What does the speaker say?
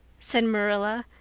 said marilla,